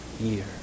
year